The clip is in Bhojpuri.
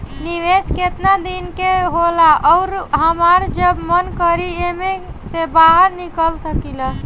निवेस केतना दिन के होला अउर हमार जब मन करि एमे से बहार निकल सकिला?